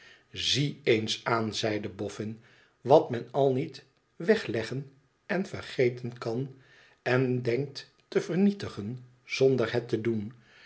fzie eens aan zeide boffin wat men al niet wegleggen en vergeten kan en denkt te vernietigen zonder het te doen